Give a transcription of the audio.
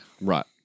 Right